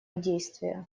действия